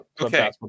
Okay